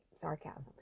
sarcasm